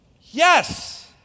Yes